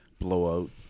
blowout